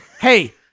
Hey